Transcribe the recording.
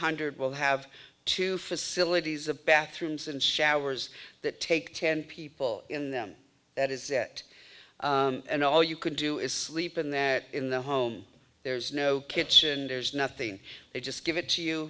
hundred will have two facilities of bathrooms and showers that take ten people in them that is that and all you can do is sleep in that in the home there's no kitchen there's nothing they just give it to you